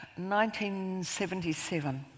1977